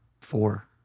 four